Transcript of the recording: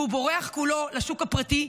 והוא בורח כולו לשוק הפרטי,